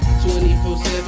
24-7